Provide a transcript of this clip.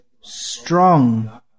strong